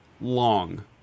long